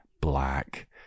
Black